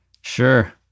sure